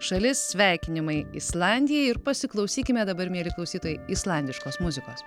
šalis sveikinimai islandijai ir pasiklausykime dabar mieli klausytojai islandiškos muzikos